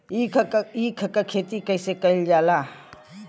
ईख क खेती कइसे कइल जाला?